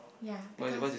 ya because